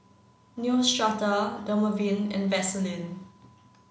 Neostrata Dermaveen and Vaselin